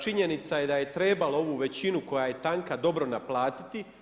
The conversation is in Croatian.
Činjenica je da je trebalo ovu većinu koja je tanka, dobro naplatit.